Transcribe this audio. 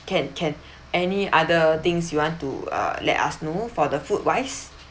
can can any other things you want to uh let us know for the food wise